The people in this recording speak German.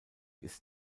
ist